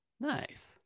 Nice